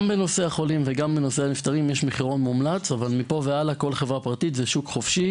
יש מחירון מומלץ בנושאי חולים ונפטרים אבל זה שוק חופשי